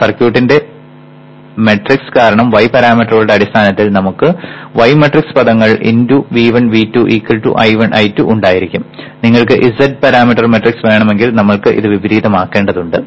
സർക്യൂട്ടിന്റെ മാട്രിക്സ് കാരണം y പരാമീറ്ററുകളുടെ അടിസ്ഥാനത്തിൽ നമുക്ക് y മാട്രിക്സ് പദങ്ങൾ x V1 V2 I1 I2 ഉണ്ടായിരിക്കും നിങ്ങൾക്ക് z പാരാമീറ്റർ മാട്രിക്സ് വേണമെങ്കിൽ നമ്മൾ ഇത് വിപരീതമാക്കേണ്ടതുണ്ട്